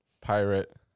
Pirate